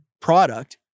product